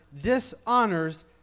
dishonors